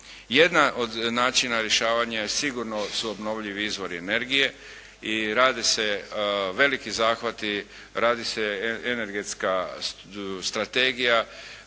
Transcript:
Jedna od načina rješavanja su sigurno obnovljivi izvori energije. I rade se veliki zahvate, radi se energetska strategija.